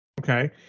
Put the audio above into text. Okay